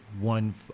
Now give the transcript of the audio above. one